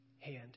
hand